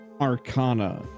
Arcana